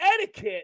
etiquette